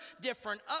different